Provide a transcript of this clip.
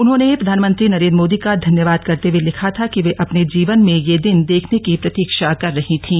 उन्होंने प्रधानमंत्री नरेंद्र मोदी का धन्यवाद करते हुए लिखा था कि वे अपने जीवन में यह दिन देखने की प्रतीक्षा कर रही थीं